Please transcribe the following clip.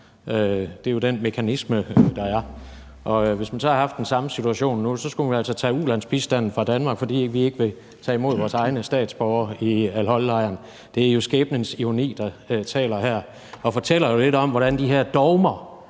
Det er jo den mekanisme, der er, og hvis man så nu havde haft den samme situation, skulle man altså tage ulandsbistanden fra Danmark, fordi vi ikke vil tage imod vores egne statsborgere fra al-Hol-lejren. Det er jo skæbnens ironi, der taler her, og det fortæller jo lidt om, hvordan de her dogmer,